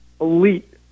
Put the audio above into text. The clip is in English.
elite